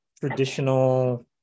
traditional